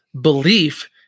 belief